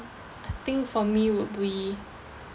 I think for me would be